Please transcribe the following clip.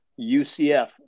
UCF